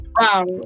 Wow